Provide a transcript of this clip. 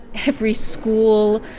every school,